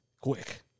quick